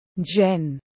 Jen